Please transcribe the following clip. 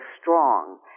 strong